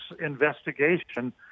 investigation